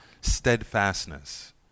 steadfastness